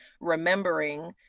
remembering